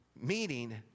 meeting